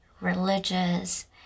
religious